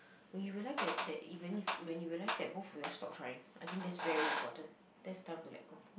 when you realise that that even if when you realise that both of you all stopped trying I think that's very important that's time to let go